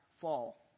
fall